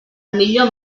millor